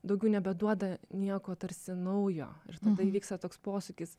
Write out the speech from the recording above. daugiau nebeduoda nieko tarsi naujo žinant tai vyksta toks posūkis